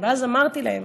ואז אמרתי להם